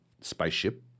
spaceship